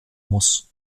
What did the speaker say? muss